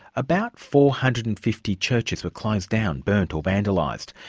about four hundred and fifty churches were closed down, burned or vandalised.